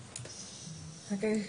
המשנה.